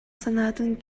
санаатын